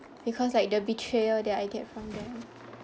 because like the betrayal that I get from them